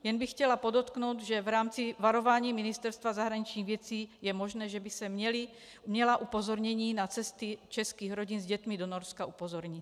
Jen bych chtěla podotknout, že v rámci varování Ministerstva zahraničních věcí je možné, že by se měla upozornění na cesty českých rodin s dětmi do Norska upozornit.